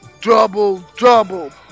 double-double